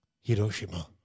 Hiroshima